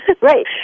Right